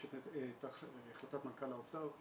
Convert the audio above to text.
יש את החלטת מנכ"ל האוצר.